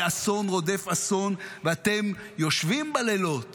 ואסון רודף אסון ואתם יושבים בלילות